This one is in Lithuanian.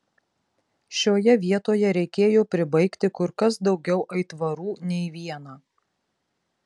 šioje vietoje reikėjo pribaigti kur kas daugiau aitvarų nei vieną